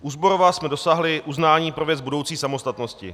U Zborova jsme dosáhli uznání pro věc budoucí samostatnosti.